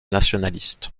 nationalistes